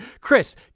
Chris